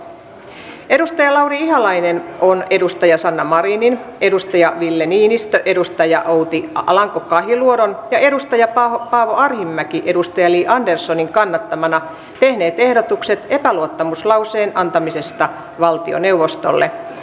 lisäksi keskustelussa ovat lauri ihalainen sanna marinin ville niinistö outi alanko kahiluodon ja paavo arhinmäki li anderssonin kannattamana tehneet ehdotukset epäluottamuslauseen antamiseksi valtioneuvostolle